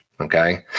okay